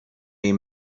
این